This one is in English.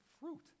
fruit